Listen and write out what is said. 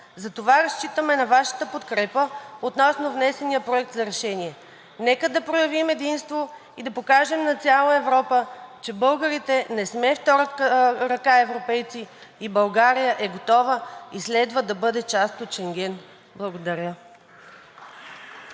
Затова разчитаме на Вашата подкрепа относно внесения Проект за решение. Нека да проявим единство и да покажем на цяла Европа, че българите не сме втора ръка европейци и България е готова и следва да бъде част от Шенген. Благодаря.